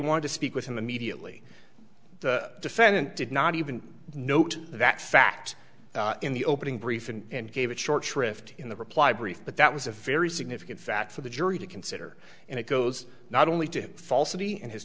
wanted to speak with him immediately the defendant did not even note that fact in the opening brief and gave it short shrift in the reply brief but that was a very significant fact for the jury to consider and it goes not only to